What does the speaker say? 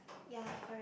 ya correct